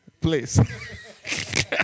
Please